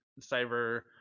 cyber